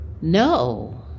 No